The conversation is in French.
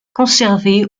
conservées